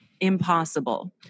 Impossible